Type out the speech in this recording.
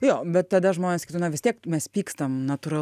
jo bet tada žmonės skytų na vis tiek mes pykstam natūral